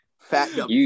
Fat